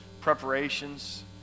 preparations